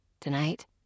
tonight